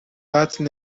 قتل